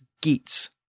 Geats